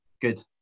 good